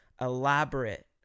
elaborate